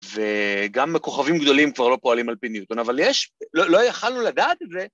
וגם כוכבים גדולים כבר לא פועלים על ניוטון, אבל יש, לא יכלנו לדעת את זה.